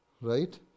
right